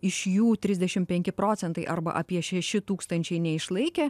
iš jų trisdešim penki procentai arba apie šeši tūkstančiai neišlaikė